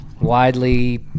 widely